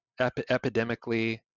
epidemically